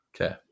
Okay